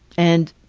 and